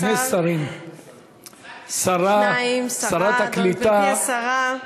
יש שני שרים, שרת הקליטה.